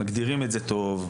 מגדירים את זה טוב.